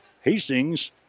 Hastings